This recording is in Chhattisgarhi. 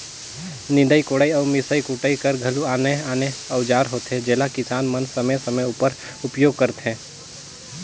निदई कोड़ई अउ मिसई कुटई कर घलो आने आने अउजार होथे जेला किसान मन समे समे उपर उपियोग करथे